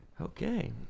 Okay